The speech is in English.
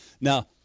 Now